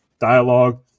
dialogue